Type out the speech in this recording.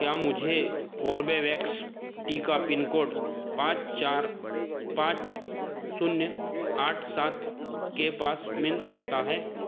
क्या मुझे कॉर्बेवैक्स टीका पिन कोड पाँच चार पाँच शून्य आठ सात के पास मिल सकता है